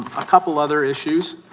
a couple other issues